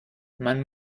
man